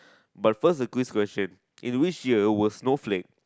but first the quiz question in which year was snowflake